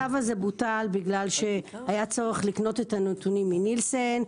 הצו הזה בוטל בגלל שהיה צורך לקנות את הנתונים מ"נילסן"